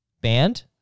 band